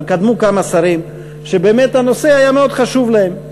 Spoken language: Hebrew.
אבל קדמו לי כמה שרים שבאמת הנושא היה חשוב להם,